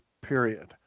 period